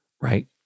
right